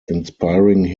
inspiring